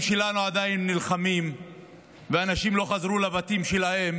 שלנו עדיין נלחמים ואנשים לא חזרו לבתים שלהם?